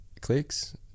Clicks